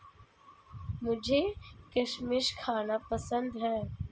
मुझें किशमिश खाना पसंद है